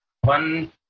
one